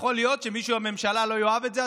יכול להיות שמישהו בממשלה לא יאהב את זה,